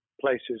places